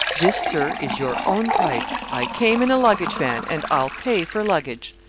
this, sir, is your own price. i came in a luggage-van, and i'll pay for luggage.